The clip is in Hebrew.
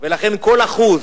ולכן כל אחוז,